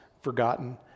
forgotten